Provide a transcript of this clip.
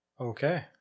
Okay